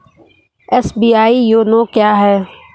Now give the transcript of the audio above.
SBI YONO क्या है?